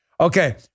Okay